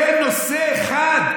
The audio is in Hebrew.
אין נושא אחד,